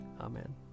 Amen